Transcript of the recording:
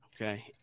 okay